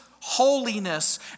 holiness